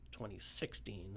2016